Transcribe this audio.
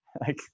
Like-